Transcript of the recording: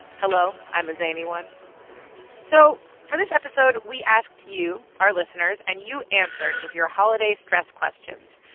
hello, i'm a zany one so for this episode, we asked you, our listeners, and you answered with your holiday stress questions.